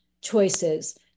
choices